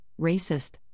racist